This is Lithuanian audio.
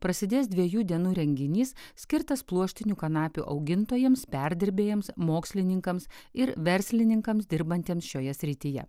prasidės dviejų dienų renginys skirtas pluoštinių kanapių augintojams perdirbėjams mokslininkams ir verslininkams dirbantiems šioje srityje